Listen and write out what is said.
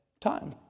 time